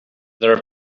there